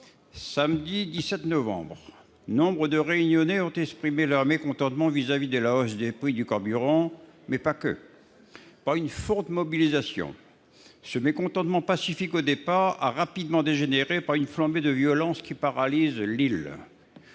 Samedi 17 novembre, nombre de Réunionnais ont exprimé leur mécontentement à l'égard, entre autres, de la hausse des prix du carburant par une forte mobilisation. Ce mécontentement, pacifique au départ, a rapidement dégénéré en une flambée de violences qui paralyse l'île.